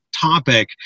topic